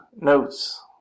notes